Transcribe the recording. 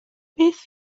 beth